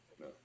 no